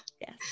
Yes